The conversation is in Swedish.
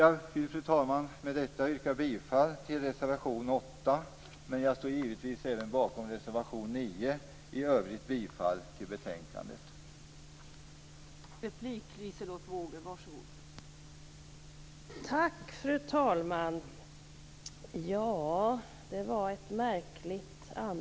Med det anförda yrkar jag bifall till reservation 8, men jag står givetvis bakom även reservation 9. I övrigt yrkar jag bifall till hemställan i betänkandet.